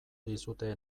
dizute